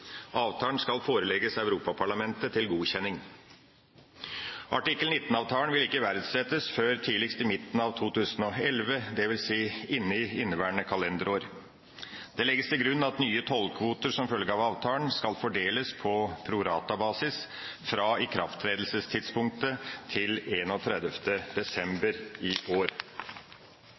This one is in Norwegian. Avtalen skal forelegges Europaparlamentet til godkjenning. Artikkel 19-avtalen vil ikke iverksettes før tidligst i midten av 2011, dvs. inne i inneværende kalenderår. Det legges til grunn at nye tollkvoter som følge av avtalen skal fordeles på pro rata-basis fra ikrafttredelsestidspunktet til 31. desember i år.